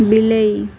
ବିଲେଇ